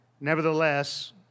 Nevertheless